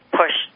push